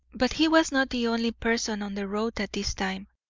but he was not the only person on the road at this time.